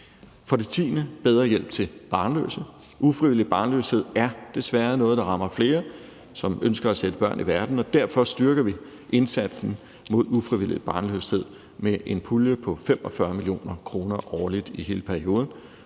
vil vi sikre bedre hjælp til barnløse. Ufrivillig barnløshed er desværre noget, der rammer flere, som ønsker at sætte børn i verden, og derfor styrker vi indsatsen mod ufrivillig barnløshed med en pulje på 45 mio. kr. årligt i hele perioden.